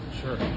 Sure